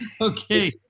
Okay